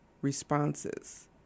responses